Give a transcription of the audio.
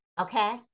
Okay